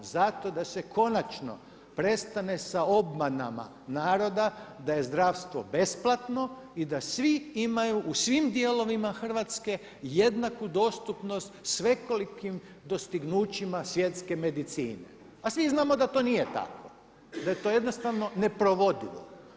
Zato da se konačno prestane sa obmanama naroda da je zdravstvo besplatno i da svi imaju u svim dijelovima Hrvatske jednaku dostupnost svekolikim dostignućima svjetske medicine, a svi znamo da to nije tako, da je to jednostavno neprovedivo.